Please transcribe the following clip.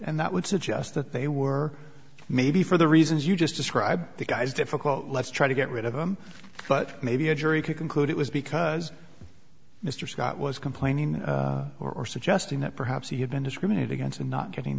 and that would suggest that they were maybe for the reasons you just described the guy's difficult let's try to get rid of him but maybe a jury could conclude it was because mr scott was complaining or suggesting that perhaps he had been discriminated against in not getting